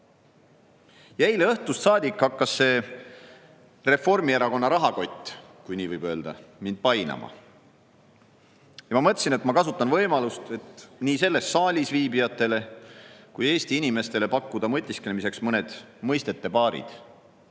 Ja eile õhtust saadik hakkas see Reformierakonna rahakott, kui nii võib öelda, mind painama. Ma mõtlesin, et ma kasutan võimalust pakkuda nii selles saalis viibijatele kui ka Eesti inimestele mõtisklemiseks mõned mõistepaarid,